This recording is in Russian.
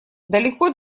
далеко